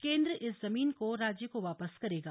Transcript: केंद्र इस जमीन को राज्य को वापस करेगा